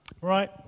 right